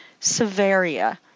Severia